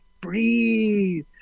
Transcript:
breathe